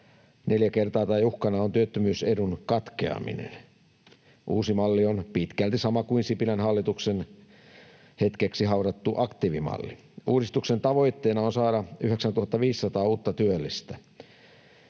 neljä kertaa, tai uhkana on työttömyysedun katkeaminen. Uusi malli on pitkälti sama kuin Sipilän hallituksen hetkeksi haudattu aktiivimalli. Uudistuksen tavoitteena on saada 9 500 uutta työllistä.